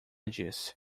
disse